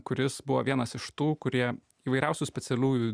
kuris buvo vienas iš tų kurie įvairiausių specialiųjų